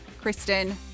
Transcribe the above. Kristen